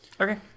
Okay